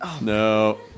No